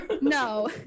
No